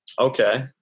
Okay